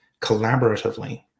collaboratively